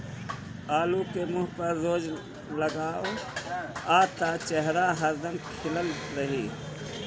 आलू के मुंह पर रोज लगावअ त चेहरा हरदम खिलल रही